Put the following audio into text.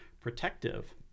protective